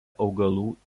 augalų